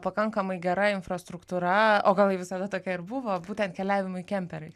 pakankamai gera infrastruktūra o gal ji visada tokia ir buvo būtent keliavimui kemperiui